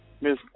Miss